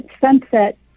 sunset